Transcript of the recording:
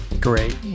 great